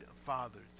fathers